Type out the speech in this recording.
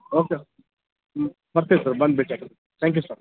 okay ಹ್ಞೂ ಬರ್ತಿವಿ sir ಬಂದು ಭೇಟಿ ಆಗ್ತೀವಿ ತ್ಯಾಂಕ್ ಯು ಸರ್